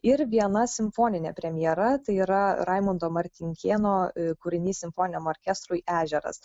ir viena simfoninė premjera tai yra raimundo martinkėno kūrinys simfoniniam orkestrui ežeras